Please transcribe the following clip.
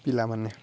ପିଲାମାନେ